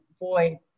boy